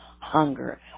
Hunger